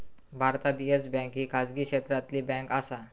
भारतात Yes bank ही खाजगी क्षेत्रातली बँक आसा